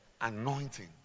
anointing